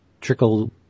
trickle